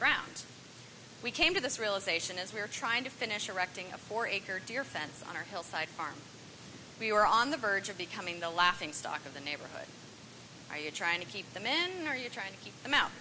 ground we came to this realization as we were trying to finish erecting a four acre deer fence on our hillside farm we were on the verge of becoming the laughing stock of the neighborhood are you trying to keep the men are you trying to keep them out